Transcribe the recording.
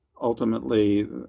ultimately